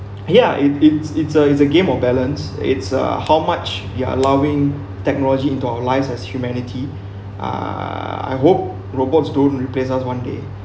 ya it it's it's a it's a game of balance it's uh how much you're allowing technology into our lives as humanity err I hope robots don't replace us one day